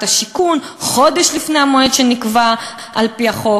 השיכון חודש לפני המועד שנקבע על-פי החוק,